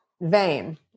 vein